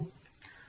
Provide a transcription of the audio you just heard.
વિદ્યાર્થી cos